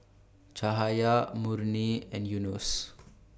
Cahaya Murni and Yunos